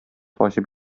ачып